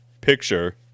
picture